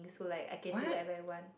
so like I can do whatever I want